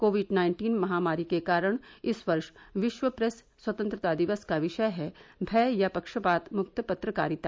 Covid nineteen महामारी के कारण इस वर्ष विश्व प्रेस स्वतंत्रता दिवस का विषय है भय या पक्षपात मुक्त पत्रकारिता